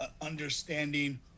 understanding